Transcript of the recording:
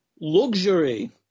Luxury